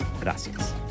Gracias